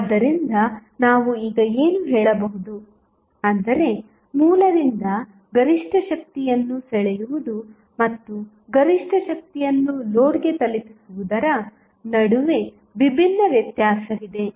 ಆದ್ದರಿಂದ ನಾವು ಈಗ ಏನು ಹೇಳಬಹುದು ಅಂದರೆ ಮೂಲದಿಂದ ಗರಿಷ್ಠ ಶಕ್ತಿಯನ್ನು ಸೆಳೆಯುವುದು ಮತ್ತು ಗರಿಷ್ಠ ಶಕ್ತಿಯನ್ನು ಲೋಡ್ಗೆ ತಲುಪಿಸುವುದರ ನಡುವೆ ವಿಭಿನ್ನ ವ್ಯತ್ಯಾಸವಿದೆ